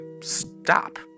stop